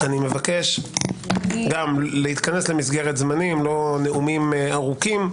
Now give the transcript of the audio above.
אני מבקש להתכנס למסגרת זמנים, לא נאומים ארוכים.